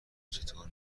چطور